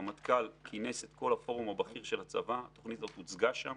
הרמטכ"ל כינס את כל הפורום הבכיר של הצבא והתוכנית הזו הוצגה שם